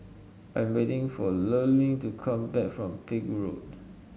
I'm waiting for Lurline to come back from Pegu Road